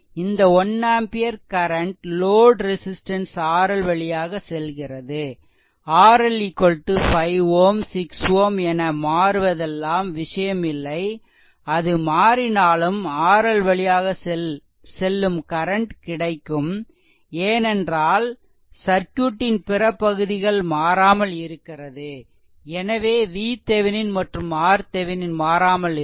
இந்த 1 ampere current load resistance RL வழியாக செல்கிறது RL 5 Ω 6 Ω என மாறுவதெல்லாம் விஷயம் இல்லை அது மாறினாலும் RL வழியாக செல்லும் கரண்ட் கிடைக்கும் ஏனென்றால் சர்க்யூட்டின் பிற பகுதிகள் மாறாமல் இருக்கிறது எனவே VThevenin மற்றும் RThevenin மாறாமல் இருக்கும்